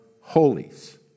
holies